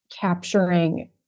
capturing